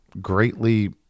greatly